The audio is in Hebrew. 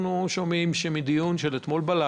אנחנו שומעים שמשרד